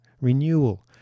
renewal